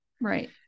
Right